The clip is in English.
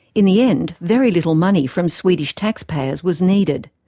in the end, very little money from swedish taxpayers was needed.